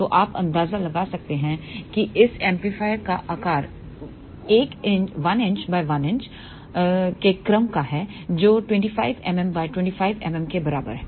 तो आप अंदाजा लगा सकते हैं कि इस एम्पलीफायर का आकार 1 इंच 1 इंच के क्रम का है जो 25 mm 25 mm के बारे में है